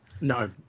No